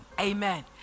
Amen